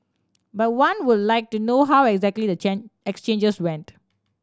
but one would like to know how exactly the exchanges went